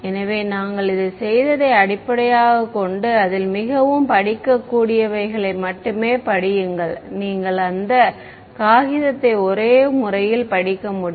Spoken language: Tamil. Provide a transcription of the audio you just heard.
எனவே நாங்கள் செய்ததை அடிப்படையாகக் கொண்டு அதில் மிகவும் படிக்கக்கூடியவைகளை மட்டுமே படியுங்கள் நீங்கள் அந்த காகிதத்தை ஒரே முறையில் படிக்க முடியும்